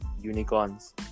Unicorns